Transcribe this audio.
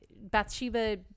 Bathsheba